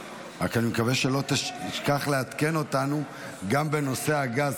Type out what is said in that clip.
אני רק מקווה שלא תשכח לעדכן אותנו גם בנושא הגז,